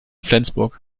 flensburg